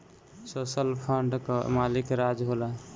social fund कअ मालिक राज्य होला